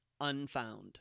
Unfound